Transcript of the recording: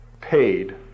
paid